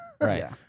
Right